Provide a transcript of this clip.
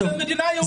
זאת מדינה יהודית.